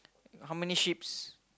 how many sheep's